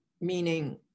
meaning